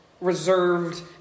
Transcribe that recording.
reserved